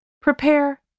prepare